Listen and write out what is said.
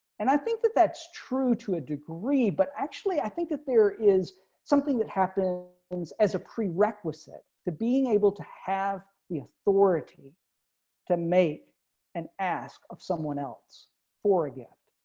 and i think that that's true to a degree, but actually i think that there is something that happened and as a prerequisite to being able to have the authority to make an ask of someone else for a gift,